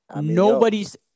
nobody's